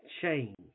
Change